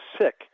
sick